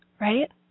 right